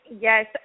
Yes